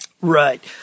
Right